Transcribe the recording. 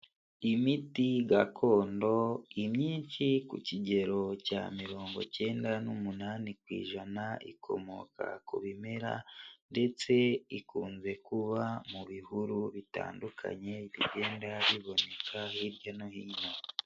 Imiti gakondo imyinshi ku kigero cya mirongo icyenda n'umunani ku ijana, ikomoka ku bimera ndetse ikunze kuba mu bihuru bitandukanye bigenda biboneka hirya no hino.